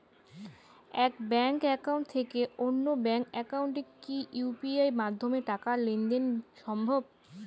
এক bank account থেকে অন্য ব্যাংক একাউন্টে কি ইউ.পি.আই মাধ্যমে টাকার লেনদেন দেন সম্ভব?